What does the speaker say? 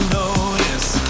notice